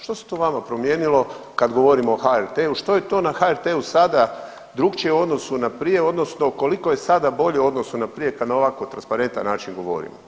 Što se to vama promijenilo kad govorimo o HRT-u, što je to na HRT-u sada drukčije u odnosu na prije, odnosno koliko je sada bolje u odnosu na prije kad na ovako transparentan način govorimo.